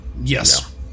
Yes